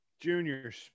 Juniors